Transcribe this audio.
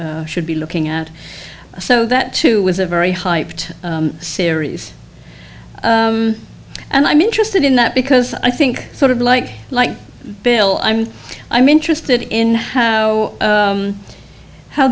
should be looking at so that too was a very hyped series and i'm interested in that because i think sort of like like bill i'm i'm interested in how